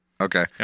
okay